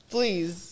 Please